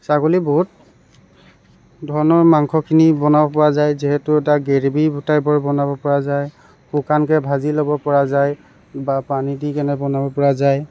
ছাগলী বহুত ধৰণৰ মাংসখিনি বনাব পৰা যায় যিহেতু তাৰ গ্ৰেভী টাইপত বনাব পৰা যায় শুকানকৈ ভাজি ল'ব পৰা যায় বা পানী দি কেনে বনাব পৰা যায়